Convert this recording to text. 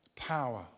Power